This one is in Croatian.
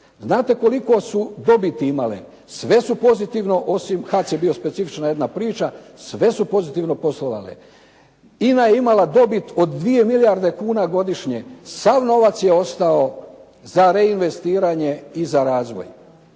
Znate koliko su dobiti imale? Sve su pozitivno, osim HAC je bio jedna specifična priča, sve su pozitivno poslovale. INA je imala dobit od 2 milijarde kuna godišnje. Sav novac je ostao za reinvestiranje i za razvoj.